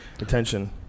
attention